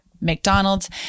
McDonald's